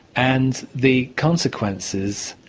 and the consequences,